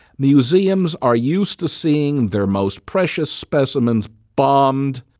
museums are used to seeing their most precious specimens bombed,